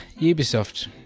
Ubisoft